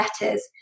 letters